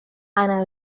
eine